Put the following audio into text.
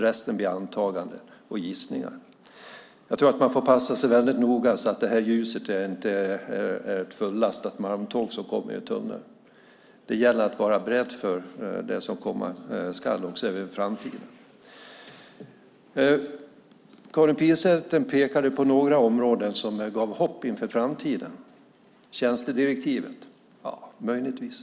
Resten blir antaganden och gissningar. Man får nog passa sig väldigt noga så att inte ljuset är ett fullastat malmtåg som kommer i tunneln. Det gäller att vara beredd på det som kommer i framtiden. Karin Pilsäter pekade på några områden som gav hopp inför framtiden, till exempel tjänstedirektivet - ja, möjligtvis.